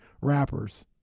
rappers